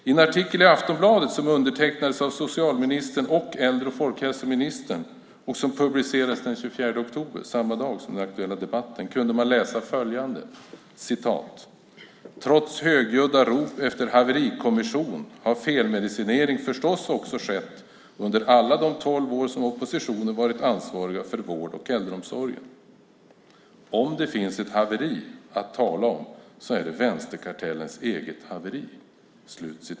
I en artikel i Aftonbladet som undertecknats av socialministern och äldre och folkhälsoministern och som publicerades den 24 oktober - samma dag som den aktuella debatten - kunde man läsa följande: "Trots högljudda rop efter haverikommission har felmedicinering förstås också skett under alla de tolv år som oppositionen varit ansvariga för vård och äldreomsorgen. Om det finns ett haveri att tala om så är det vänsterkartellens eget haveri."